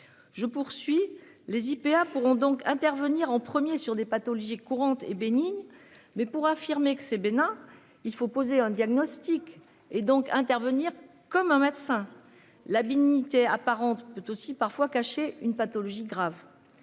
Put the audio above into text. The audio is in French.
Je poursuis les IPA pourront donc intervenir en premier sur des pathologies courantes et bénigne mais pour affirmer que c'est bénin. Il faut poser un diagnostic et donc intervenir comme un médecin la dignité apparente peut aussi parfois cacher une pathologie grave.